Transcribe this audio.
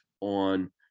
on